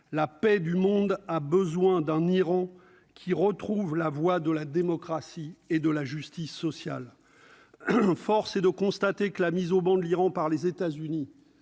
la paix du monde a besoin d'un Iran qui retrouve la voie de la démocratie et de la justice sociale, force est de constater que la mise au ban de l'Iran par les États-Unis